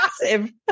massive